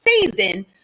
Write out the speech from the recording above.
season